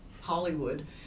Hollywood